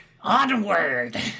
Onward